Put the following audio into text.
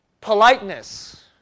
politeness